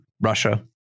Russia